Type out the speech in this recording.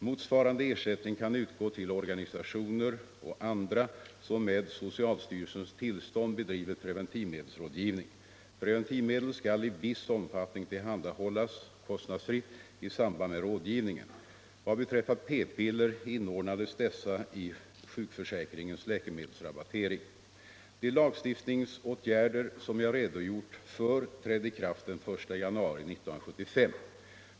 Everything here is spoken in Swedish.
Motsvarande ersättning kan utgå till organisationer och andra som med socialstyrelsens tillstånd bedriver preventivmedelsrådgivning. Preventivmedel skall i viss omfattning tillhandahållas kostnadsfritt i samband med rådgivningen. Vad beträffar p-piller inordnades dessa i sjukförsäkringens läkemedelsrabattering. De lagstiftningsåtgärder som jag redogjort för trädde i kraft den 1 januari 1975.